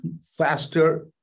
faster